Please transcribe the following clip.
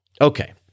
Okay